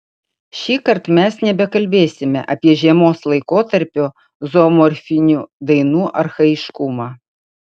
šįkart mes nebekalbėsime apie žiemos laikotarpio zoomorfinių dainų archaiškumą